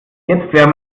jetzt